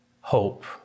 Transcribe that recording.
hope